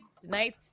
tonight